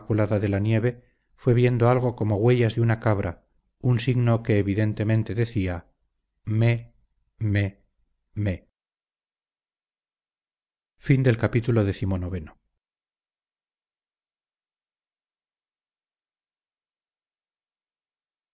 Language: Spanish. de la nieve fue viendo algo como huellas de una cabra un signo que evidentemente decía mé mé mé